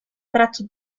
traccia